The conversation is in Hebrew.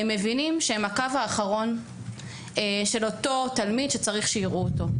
הם מבינים שהם הקו האחרון של אותו תלמיד שצריך שיראו אותו.